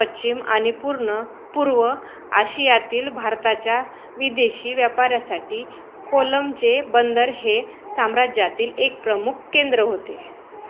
पश्चिम आणि पूर्ण पूर्व आशियातील भारताच्या विदेशी व्यापाऱ्यासाठी कोलमचे बंदर हे साम्राज्यातील एक प्रमुख केंद्र होते